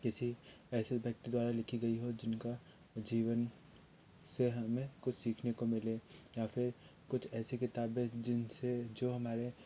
किसी ऐसे व्यक्ति द्वारा लिखी गई हो जिनका जीवन से हमें कुछ सीखने को मिले या फिर कुछ ऐसी किताबें जिनसे जो हमारे